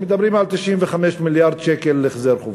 אומרים: 95 מיליארד שקל החזר חובות,